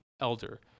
elder